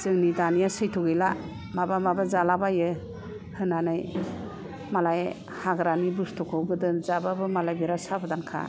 जोंनि दानिया सैट्र' गैला माबा माबा जालाबायो होननानै मालाय हाग्रानि बुसथुखौ गोदो जाब्लाबो मालाय बिरात साबोदानखा